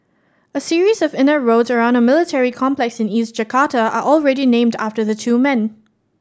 a series of inner roads around a military complex in East Jakarta are already named after the two men